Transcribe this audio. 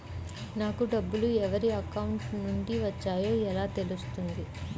నాకు డబ్బులు ఎవరి అకౌంట్ నుండి వచ్చాయో ఎలా తెలుస్తుంది?